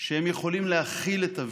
שהן יכולות להכיל את הווירוס,